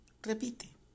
Repite